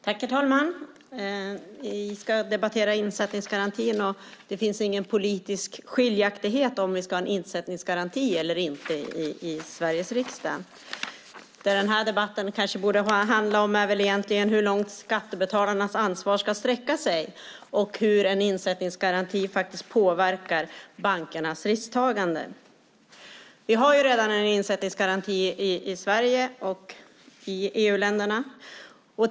Herr talman! Vi ska debattera insättningsgarantin, och det finns inte någon politisk skiljaktighet i Sveriges riksdag om vi ska en insättningsgaranti eller inte. Det som denna debatt egentligen borde handla om är hur långt skattebetalarnas ansvar ska sträcka sig och hur en insättningsgaranti faktiskt påverkar bankernas risktagande. Vi har redan en insättningsgaranti i Sverige och i EU-länderna.